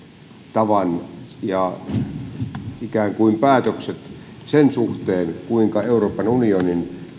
tavan ja ikään kuin päätökset sen suhteen kuinka euroopan unionin